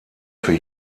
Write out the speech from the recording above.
für